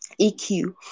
EQ